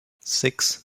six